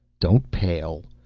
don't pale!